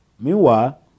Meanwhile